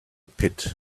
pit